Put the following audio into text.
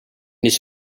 his